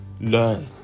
learn